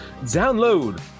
download